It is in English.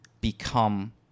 become